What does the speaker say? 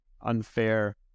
unfair